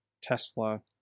Tesla